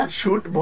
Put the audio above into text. shoot